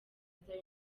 zion